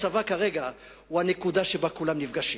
הצבא כרגע הוא הנקודה שבה כולם נפגשים,